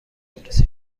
آدرس